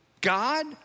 God